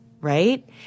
right